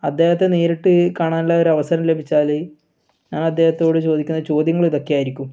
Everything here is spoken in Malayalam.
അദ്ദേഹത്തെ നേരിട്ട് കാണാനുള്ള ഒരവസരം ലഭിച്ചാൽ ഞാൻ അദ്ദേഹത്തോട് ചോദിക്കുന്ന ചോദ്യങ്ങൾ ഇതൊക്കെ ആയിരിക്കും